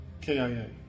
KIA